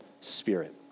spirit